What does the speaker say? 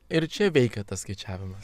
ir čia veikia tas skaičiavimas